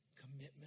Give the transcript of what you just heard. commitment